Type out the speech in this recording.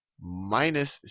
minus